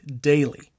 daily